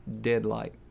Deadlight